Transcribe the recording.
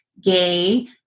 gay